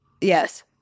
Yes